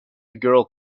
girl